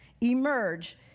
Emerge